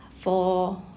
for